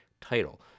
title